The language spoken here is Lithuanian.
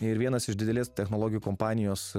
ir vienas iš didelės technologijų kompanijos